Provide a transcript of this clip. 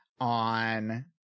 on